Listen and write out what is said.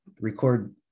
record